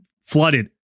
flooded